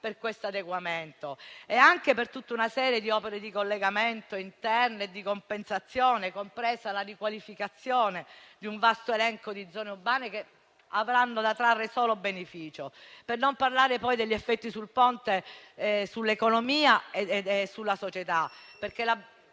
per questo adeguamento e per tutta una serie di opere di collegamento interne e di compensazione, compresa la riqualificazione di un vasto elenco di zone urbane, che avranno da trarne solo beneficio. Per non parlare poi degli effetti del Ponte sull'economia e sulla società, perché